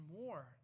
more